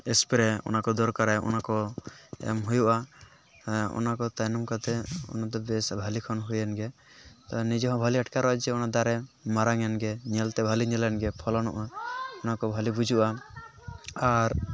spray ᱚᱱᱟ ᱠᱚ ᱫᱚᱨᱠᱟᱨᱟᱭ ᱚᱱᱟ ᱠᱚ ᱮᱢ ᱦᱩᱭᱩᱜᱼᱟ ᱮᱻ ᱚᱱᱟ ᱠᱚ ᱛᱟᱭᱱᱚᱢ ᱠᱟᱛᱮᱫ ᱚᱱᱟ ᱫᱚ ᱵᱮᱥ ᱵᱷᱟᱹᱞᱤ ᱠᱷᱚᱱ ᱦᱩᱭᱮᱱ ᱜᱮᱭᱟ ᱛᱚ ᱱᱤᱡᱮ ᱦᱚᱸ ᱵᱷᱟᱹᱞᱤ ᱟᱴᱠᱟᱨᱚᱜᱼᱟ ᱡᱮ ᱚᱱᱟ ᱫᱟᱨᱮ ᱢᱟᱨᱟᱝ ᱮᱱ ᱜᱮ ᱧᱮᱞ ᱛᱮ ᱵᱷᱟᱹᱞᱤ ᱧᱮᱞᱮᱱ ᱜᱮ ᱯᱷᱚᱞᱚᱱᱚᱜᱼᱟ ᱱᱚᱣᱟ ᱠᱚ ᱵᱷᱟᱹᱞᱤ ᱵᱩᱡᱩᱜᱼᱟ ᱟᱨ